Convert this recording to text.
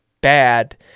bad